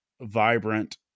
vibrant